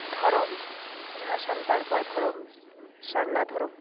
ᱫᱷᱚᱨᱚᱢ ᱡᱟᱦᱟᱸ ᱥᱟᱱᱛᱟᱲ ᱠᱚᱣᱟᱜ ᱫᱷᱚᱨᱚᱢ ᱥᱟᱨᱱᱟ ᱫᱷᱚᱨᱚᱢ